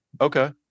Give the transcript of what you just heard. okay